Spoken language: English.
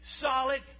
solid